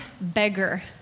beggar